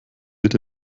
wird